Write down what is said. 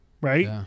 right